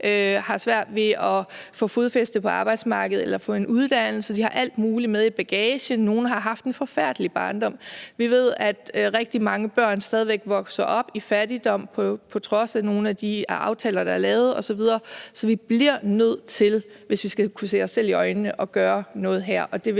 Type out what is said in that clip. har svært ved at få fodfæste på arbejdsmarkedet eller få en uddannelse. De har alt muligt med i bagagen. Nogle har haft en forfærdelig barndom. Vi ved, at rigtig mange børn stadig væk vokser op i fattigdom på trods af nogle af de aftaler, der er lavet, osv. Så vi bliver nødt til, hvis vi skal kunne se os selv i øjnene, at gøre noget her,